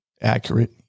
accurate